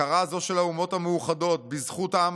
הכרה זו של האומות המאוחדות בזכות העם